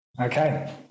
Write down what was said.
Okay